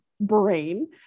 brain